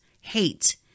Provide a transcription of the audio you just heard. hate